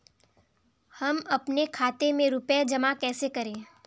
हम अपने खाते में रुपए जमा कैसे करें?